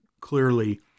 clearly